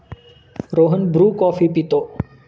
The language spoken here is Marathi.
रोहन ब्रू कॉफी पितो